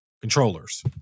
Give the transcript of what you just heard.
controllers